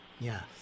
Yes